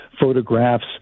photographs